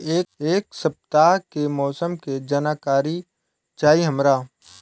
एक सपताह के मौसम के जनाकरी चाही हमरा